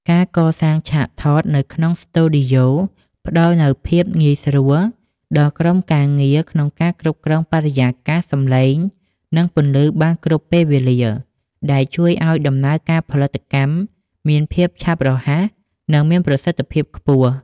ការកសាងឆាកថតនៅក្នុងស្ទូឌីយ៉ូផ្ដល់នូវភាពងាយស្រួលដល់ក្រុមការងារក្នុងការគ្រប់គ្រងបរិយាកាស សម្លេង និងពន្លឺបានគ្រប់ពេលវេលា ដែលជួយឱ្យដំណើរការផលិតកម្មមានភាពឆាប់រហ័ស និងមានប្រសិទ្ធភាពខ្ពស់។